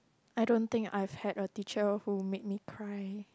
I don't think I've had a teacher who made me cry